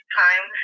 time